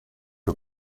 aux